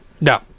No